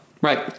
Right